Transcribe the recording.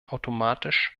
automatisch